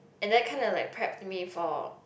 and that kind of like prepped me for